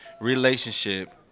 relationship